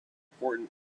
important